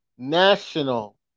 National